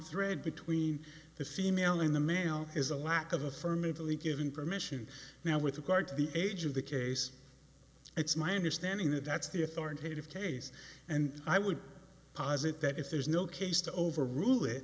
thread between the female in the mail is a lack of affirmatively given permission now with regard to the age of the case it's my understanding that that's the authoritative case and i would posit that if there's no case to overrule it